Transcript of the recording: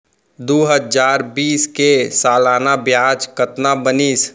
दू हजार बीस के सालाना ब्याज कतना बनिस?